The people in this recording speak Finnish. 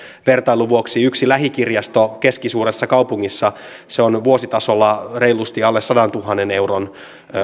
vertailun vuoksi yksi lähikirjasto keskisuuressa kaupungissa on vuositasolla reilusti alle sadantuhannen euron